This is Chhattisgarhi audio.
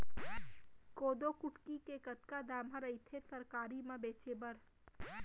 कोदो कुटकी के कतका दाम ह रइथे सरकारी म बेचे बर?